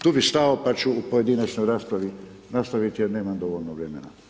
Tu bi stao pa ću u pojedinačnoj raspravi nastaviti jer nemam dovoljno vremena.